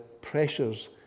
pressures